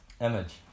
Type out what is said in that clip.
image